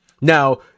Now